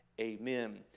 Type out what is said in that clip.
amen